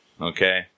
okay